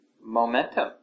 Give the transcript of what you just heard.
momentum